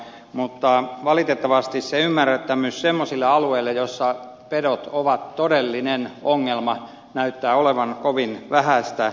mutta valitettavasti se ymmärtämys sellaisia alueita kohtaan joilla pedot ovat todellinen ongelma näyttää olevan kovin vähäistä